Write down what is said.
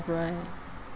right